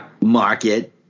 market